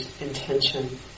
intention